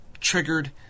triggered